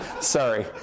sorry